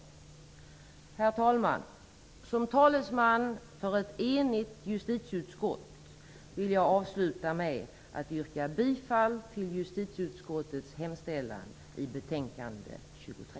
Herr talman! Som talesman för ett enigt justitieutskott vill jag avsluta med att yrka bifall till justitieutskottets hemställan i betänkande 23.